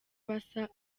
basa